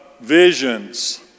visions